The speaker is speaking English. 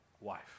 wife